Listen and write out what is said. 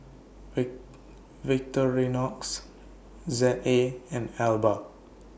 V Victorinox Z A and Alba